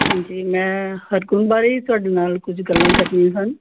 ਹਾਂਜੀ ਮੈਂ ਹਰਗੁਣ ਬਾਰੇ ਹੀ ਤੁਹਾਡੇ ਨਾਲ ਕੁਝ ਗੱਲਾਂ ਕਰਨੀਆਂ ਸਨ